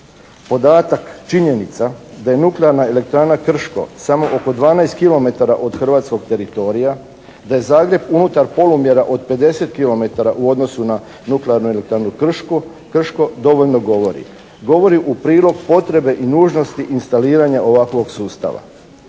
Podataka, činjenica da je nuklearna elektrana "Krško" samo oko 12 kilometara od hrvatskog teritorija, da je Zagreba unutar polumjera od 50 kilometara u odnosu na nuklearnu elektranu "Krško" dovoljno govori. Govori u prilog potrebe i nužnosti instaliranja ovakvog sustava.